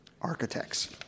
architects